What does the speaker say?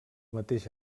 mateix